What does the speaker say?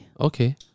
Okay